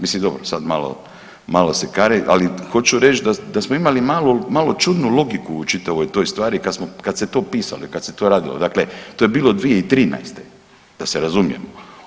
Mislim dobro, sad malo ... ali hoću reći da smo imali malo, malo čudnu logiku u čitavoj toj stvari kad se to pisalo i kad se to radilo, dakle to je bilo 2013., da se razumijemo.